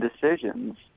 decisions